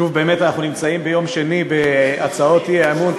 שוב אנחנו נמצאים ביום שני בהצעות האי-אמון,